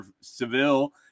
Seville